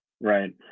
right